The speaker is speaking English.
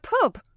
pub